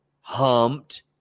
humped